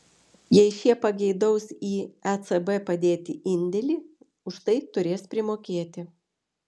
jei šie pageidaus į ecb padėti indėlį už tai turės primokėti